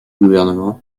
gouvernement